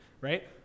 right